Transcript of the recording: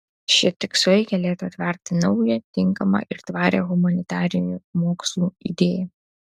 šie tikslai galėtų atverti naują tinkamą ir tvarią humanitarinių mokslų idėją